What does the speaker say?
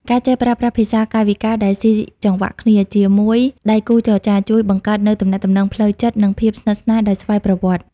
ការចេះប្រើប្រាស់ "ភាសាកាយវិការដែលស៊ីចង្វាក់គ្នា" ជាមួយដៃគូចរចា ជួយបង្កើតនូវទំនាក់ទំនងផ្លូវចិត្ត និងភាពស្និទ្ធស្នាលដោយស្វ័យប្រវត្តិ។